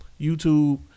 YouTube